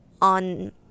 on